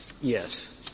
Yes